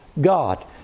God